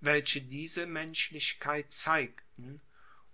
welche diese menschlichkeit zeigten